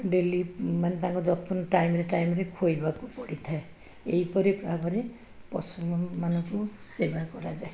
daily ମାନେ ତାଙ୍କ ଯତ୍ନ ଟାଇମ୍ ରେ ଟାଇମ୍ ରେ ଖୋଇବାକୁ ପଡ଼ିଥାଏ ଏଇପରି ଭାବରେ ପଶୁମାନଙ୍କୁ ସେବା କରାଯାଏ